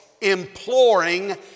imploring